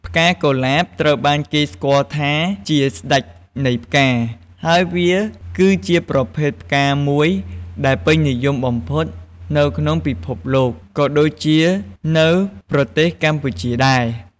ផ្កាកុលាបត្រូវបានគេស្គាល់ថាជា "ស្តេចនៃផ្កា" ហើយវា គឺជាប្រភេទផ្កាមួយដែលពេញនិយមបំផុតនៅក្នុងពិភពលោក ក៏ដូចជានៅប្រទេសកម្ពុជាដែរ។